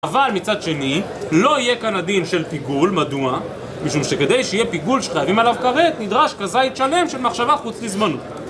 אבל מצד שני, לא יהיה כאן הדין של פיגול, מדוע? משום שכדי שיהיה פיגול שחייבים עליו כרת נדרש כזית שלם של מחשבה חוץ לזמנו.